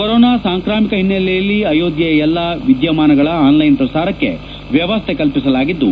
corona ಸಾಂಕ್ರಾಮಿಕ ಹಿನ್ನೆಲೆಯಲ್ಲಿ ಅಯೋಧ್ಯೆಯ ಎಲ್ಲ ವಿದ್ಯಮಾನಗಳ ಆನ್ಲೈನ್ ಪ್ರಸಾರಕ್ಕೆ ವ್ಯವಸ್ಥೆ ಕಲ್ಪಿಸಲಾಗಿದ್ದು